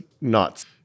nuts